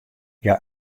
hja